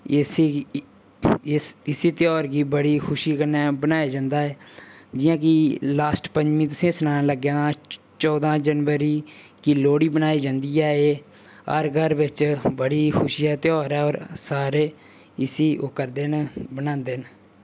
इस गी इस इसी ध्यार गी बड़ी खुशी कन्नै मनाया जंदा ऐ जि'यां कि लास्ट पञमीं तुसें ई सनान लगा आं तां चौदांं जनवरी गी लोह्ड़ी मनाई जंदी ऐ हर घर बिच बड़ी खुशी दा ध्यार ऐ और सारे इसी ओह् करदे न मनांदे न